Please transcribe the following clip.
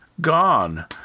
gone